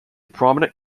prominent